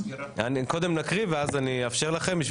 קודם נקריא ואז אני אאפשר לכם.